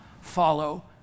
follow